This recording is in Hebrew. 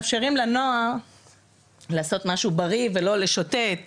דיברו על קבוצות אחרות שמאפשרות לבני הנוער לעשות משהו בריא ולא לשוטט,